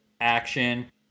action